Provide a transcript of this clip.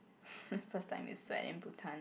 first time you sweat in Bhutan